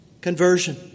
conversion